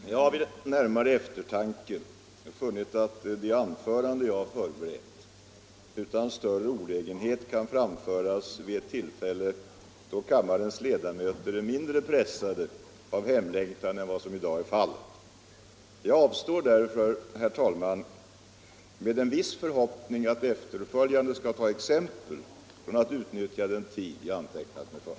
Herr talman! Jag har vid närmare eftertanke funnit att det anförande jag förberett utan större olägenhet kan framföras vid ett tillfälle då kammarens ledamöter är mindre pressade av hemlängtan än vad som i dag är fallet. Jag avstår därför, herr talman, med en viss förhoppning att efterföljande skall ta exempel, från att utnyttja den tid jag antecknat mig för.